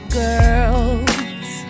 girls